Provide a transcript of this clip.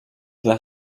dla